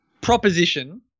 proposition